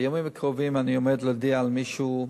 בימים הקרובים אני עומד להודיע על מישהו,